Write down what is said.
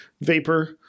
Vapor